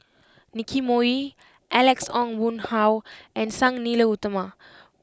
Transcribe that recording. Nicky Moey Alex Ong Boon Hau and Sang Nila Utama